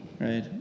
Right